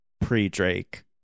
pre-Drake